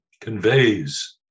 conveys